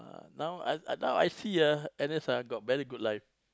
now I I now I see ah N_S ah got very good life